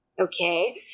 okay